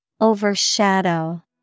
Overshadow